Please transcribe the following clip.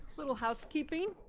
little housekeeping.